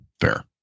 fair